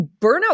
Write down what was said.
burnout